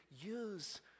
use